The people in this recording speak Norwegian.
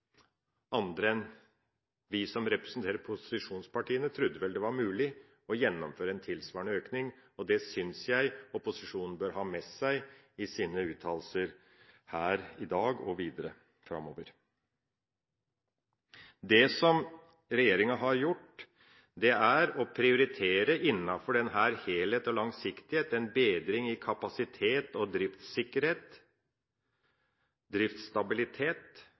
andre enn vi som representerer posisjonspartiene trodde vel det var mulig å gjennomføre en tilsvarende økning, og det synes jeg opposisjonen bør ha med seg i sine uttalelser her i dag og videre framover. Det som regjeringa har gjort, er å prioritere innenfor denne helheten og langsiktigheten, en bedring i kapasitet og driftssikkerhet, driftsstabilitet